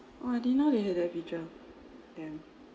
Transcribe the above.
!wah! I didn't know they had that feature yeah